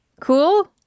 cool